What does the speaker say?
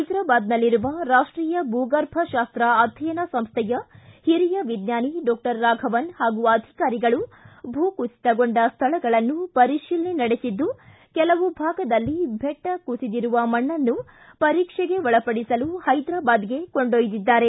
ಹೈದರಾಬಾದ್ನಲ್ಲಿರುವ ರಾಷ್ಟೀಯ ಭೂಗರ್ಭ ಶಾಸ್ತ ಅಧ್ಯಯನ ಸಂಸ್ಥೆಯ ಹಿರಿಯ ವಿಜ್ವಾನಿ ಡಾಕ್ಷರ್ ರಾಘವನ್ ಪಾಗೂ ಅಧಿಕಾರಿಗಳು ಭೂಕುಸಿತಗೊಂಡ ಸ್ವಳಗಳನ್ನು ಪರಿಶೀಲನೆ ನಡೆಸಿದ್ದು ಕೆಲವು ಭಾಗದಲ್ಲಿ ಬೆಟ್ಟ ಕುಸಿದಿರುವ ಮಣ್ಣನ್ನು ಪರೀಕ್ಷೆಗೆ ಒಳಪಡಿಸಲು ಹೈದರಾಬಾದ್ಗೆ ಕೊಂಡೊಯ್ದಿದ್ದಾರೆ